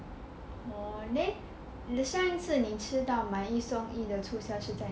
then that's why 就是你吃到买一送一的是在哪里